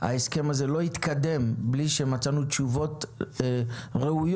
ההסכם הזה לא יתקדם בלי שמצאנו תשובות ראויות